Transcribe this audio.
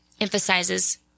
emphasizes